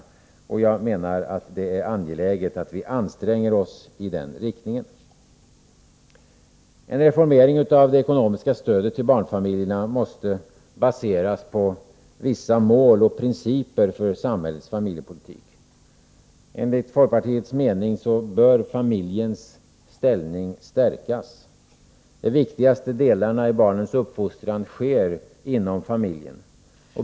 Jag menar att det är angeläget att vi anstränger oss i den riktningen. En reformering av det ekonomiska stödet till barnfamiljerna måste baseras på vissa mål och principer för samhällets familjepolitik. Enligt folkpartiets mening bör familjens ställning stärkas. De viktigaste delarna i barnens uppfostran sker inom familjen.